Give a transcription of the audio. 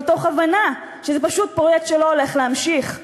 מתוך הבנה שזה פשוט פרויקט שלא הולך להימשך,